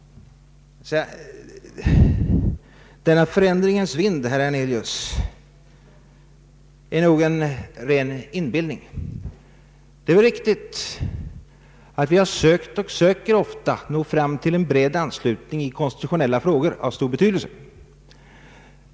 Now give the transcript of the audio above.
Denna förändringens vind, herr Hernelius, är nog en ren inbillning. Det är riktigt att vi ofta försöker nå fram Ang. till en bred anslutning i konstitutionella frågor av stor betydelse.